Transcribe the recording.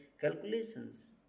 calculations